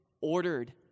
ordered